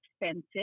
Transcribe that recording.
expensive